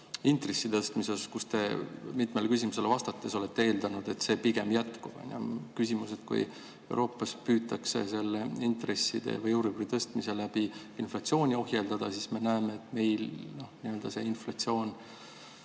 intresside tõstmise kohta. Te mitmele küsimusele vastates olete eeldanud, et see pigem jätkub. Kui Euroopas püütakse intresside või euribori tõstmise abil inflatsiooni ohjeldada, siis me näeme, et meil inflatsioon